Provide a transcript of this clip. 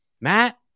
Matt